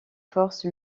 forces